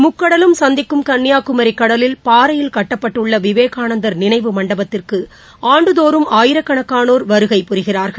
முக்கடலும் சந்திக்கும் கன்னியாகுமரிகடலில் பாறையில் கட்டப்பட்டுள்ளவிவேகானந்தர் நினைவு மண்டபத்திற்குஆண்டுதோறும் ஆயிரக்கணக்கானோா் வருகை புரிகிறா்கள்